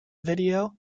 video